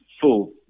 full